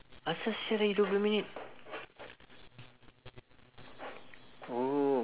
asal sia lagi dua puluh minit